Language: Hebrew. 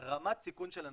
רמת סיכון של אנשים,